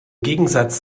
gegensatz